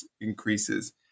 increases